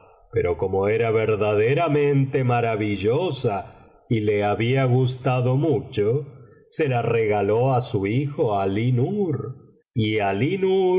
pero como era verdaderamente maravillosa y le había gustado mucho se la regaló á su hijo ali nur y alí nur muerto su padre se